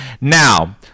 Now